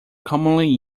commonly